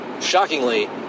Shockingly